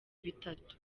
bitatu